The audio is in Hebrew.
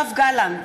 יואב גלנט,